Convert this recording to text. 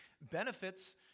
benefits